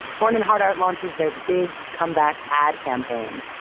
horn and hardart launches their big comeback ad campaign,